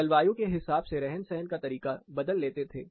जलवायु के हिसाब से रहन सहन का तरीका बदल लेते थे